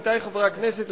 עמיתי חברי הכנסת,